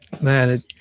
man